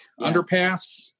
underpass